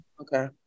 Okay